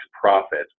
profit